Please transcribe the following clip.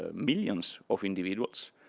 ah millions of individuals.